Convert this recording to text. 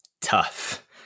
tough